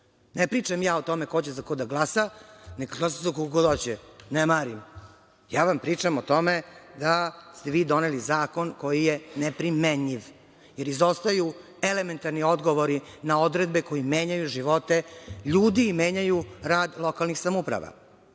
pričam ja o tome ko će za koga da glasa, nek glasa za koga god hoće, ne marim, ja vam pričam o tome da ste vi doneli zakon koji je neprimenjiv jer izostaju elementarni odgovori na odredbe koje menjaju živote ljudi i menjaju rad lokalnih samouprava.